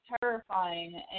terrifying